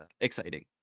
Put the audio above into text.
exciting